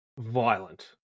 violent